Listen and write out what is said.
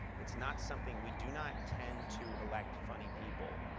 it's not something we do not tend to elect funny people.